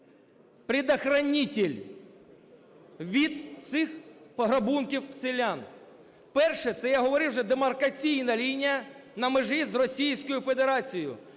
предохранитель від цих пограбунків селян. Перше, це я говорив вже, демаркаційна лінія на межі з Російською Федерацією.